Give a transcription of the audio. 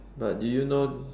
but do you know